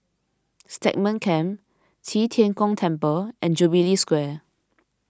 Stagmont Camp Qi Tian Gong Temple and Jubilee Square